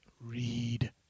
Read